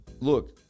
look